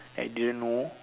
I didn't know